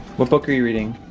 what book are you reading?